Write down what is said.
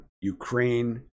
Ukraine